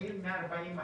התחיל מ-40%.